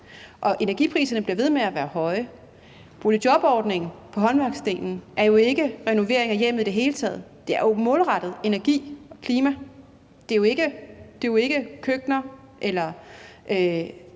og energipriserne bliver ved med at være høje. Boligjobordningen på håndværksdelen er jo ikke en renovering af hjemmet i det hele taget, men den er målrettet energi og klima. Det er jo ikke køkkener eller